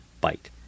bite